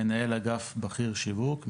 מנהל אגף בכיר שיווק,